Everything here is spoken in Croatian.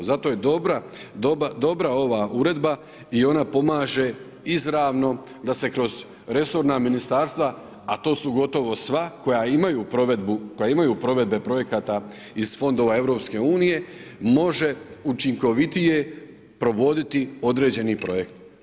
Zato je dobra ova uredba i ona pomaže izravno da se kroz resorna ministarstva a to su gotovo sva koja imaju provedbu, koja imaju provedbe projekata iz fondova EU može učinkovitije provoditi određeni projekt.